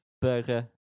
burger